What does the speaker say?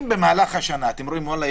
אם במהלך השנה אתם רואים וואלה,